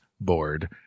board